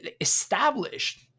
established